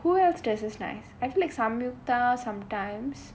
who else dresses nice I feel like samyuktha sometimes